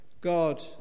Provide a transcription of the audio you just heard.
God